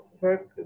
work